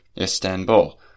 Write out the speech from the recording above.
Istanbul